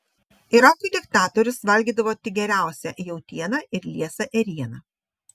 irako diktatorius valgydavo tik geriausią jautieną ir liesą ėrieną